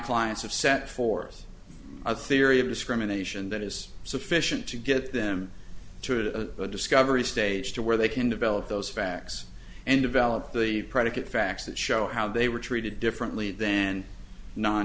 clients have set forth a theory of discrimination that is sufficient to get them to a discovery stage to where they can develop those facts and develop the predicate facts that show how they were treated differently than non